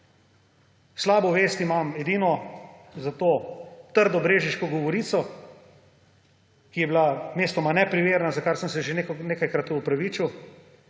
Slabo vest imam edino za to trdo brežiško govorico, ki je bila mestoma neprimerna, za kar sem se že nekajkrat opravičil.